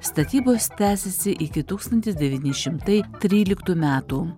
statybos tęsėsi iki tūkstantis devyni šimtai tryliktų metų